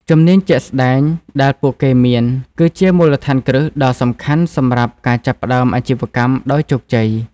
ជំនាញជាក់ស្តែងដែលពួកគេមាន គឺជាមូលដ្ឋានគ្រឹះដ៏សំខាន់សម្រាប់ការចាប់ផ្តើមអាជីវកម្មដោយជោគជ័យ។